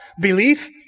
Belief